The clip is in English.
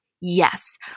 yes